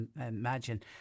imagine